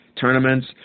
tournaments